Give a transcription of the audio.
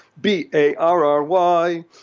B-A-R-R-Y